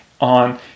on